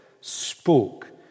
spoke